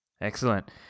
excellent